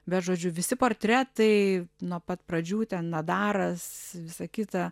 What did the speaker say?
bet žodžiu visi portretai nuo pat pradžių ten nodaras visa kita